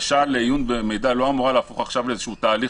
בקשה לעיון במידע לא אמורה להפוך עכשיו לאיזשהו תהליך